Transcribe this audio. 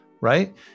right